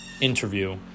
interview